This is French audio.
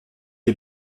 est